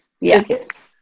Yes